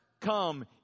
come